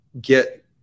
get